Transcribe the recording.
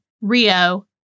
Rio